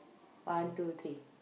one two three